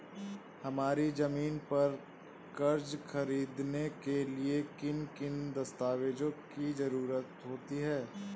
हमारी ज़मीन पर कर्ज ख़रीदने के लिए किन किन दस्तावेजों की जरूरत होती है?